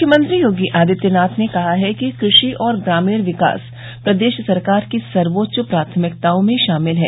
मुख्यमंत्री योगी आदित्यनाथ ने कहा है कि कृषि और ग्रामीण विकास प्रदेश सरकार की सर्वोच्च प्राथमिकताओं में शामिल है